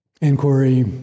inquiry